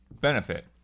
benefit